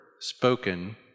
spoken